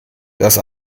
das